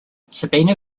sabina